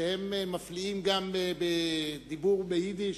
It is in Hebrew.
שגם מפליאים בדיבור ביידיש: